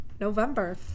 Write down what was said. November